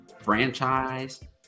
franchise